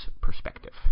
perspective